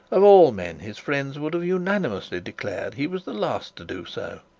of all men, his friends would have unanimously declared he was the last to do so.